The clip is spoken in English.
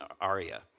Aria